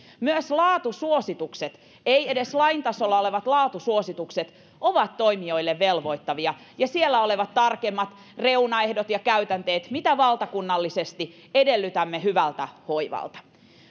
myös laatusuositukset ei edes lain tasolla olevat laatusuositukset ovat toimijoille velvoittavia sekä siellä olevat tarkemmat reunaehdot ja käytänteet mitä valtakunnallisesti edellytämme hyvältä hoivalta